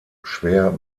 schwer